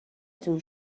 تون